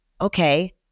okay